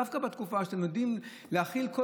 דווקא בתקופה שאתם יודעים להכיל כל